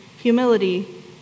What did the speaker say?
humility